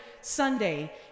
Sunday